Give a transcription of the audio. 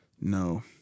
no